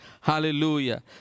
Hallelujah